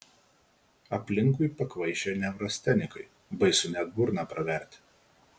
aplinkui pakvaišę neurastenikai baisu net burną praverti